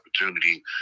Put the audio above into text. opportunity